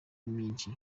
myinshi